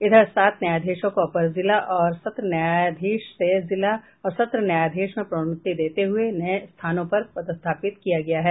इधर सात न्यायाधीशों को अपर जिला और सत्र न्यायाधीश से जिला और सत्र न्यायाधीश में प्रोन्नति देते हुए नये स्थानों पर पदस्थापित किया गया है